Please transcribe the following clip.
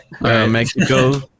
Mexico